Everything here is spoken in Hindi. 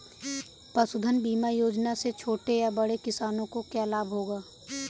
पशुधन बीमा योजना से छोटे या बड़े किसानों को क्या लाभ होगा?